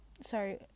Sorry